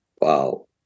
Wow